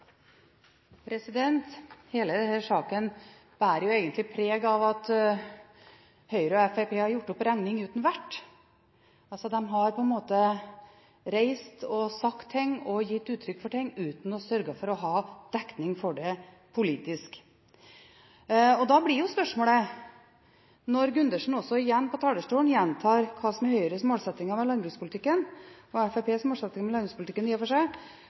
Hele denne saken bærer egentlig preg av at Høyre og Fremskrittspartiet har gjort opp regning uten vert – de har på en måte reist og sagt ting, og gitt uttrykk for ting, uten å sørge for å ha dekning for det politisk. Da blir spørsmålet, når Gundersen også igjen på talerstolen gjentar hva som er Høyres målsetting med landbrukspolitikken – og i og for seg Fremskrittspartiets målsetting med landbrukspolitikken